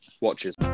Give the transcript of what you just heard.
Watches